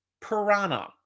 Piranha